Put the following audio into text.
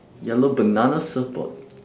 yellow banana surfboard